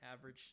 average